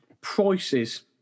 prices